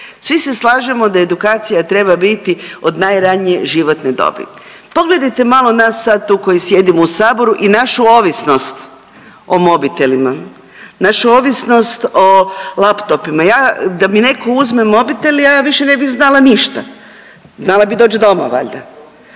Svi se slažemo da edukacija treba biti od najranije životne dobi. Pogledajte malo nas sad tu koji sjedimo u saboru i našu ovisnost o mobitelima, našu ovisnost o laptopima. Ja da mi netko uzme mobitel, ja više ne bih znala ništa. Znala bi doći doma valja,